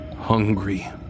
hungry